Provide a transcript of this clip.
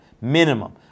minimum